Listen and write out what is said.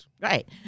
Right